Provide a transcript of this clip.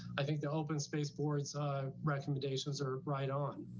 i think the open space boards recommendations are right on.